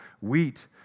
wheat